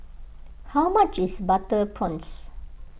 how much is Butter Prawns